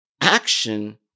Action